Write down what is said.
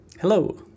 Hello